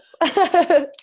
Yes